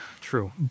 true